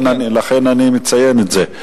לכן אני מציין את זה.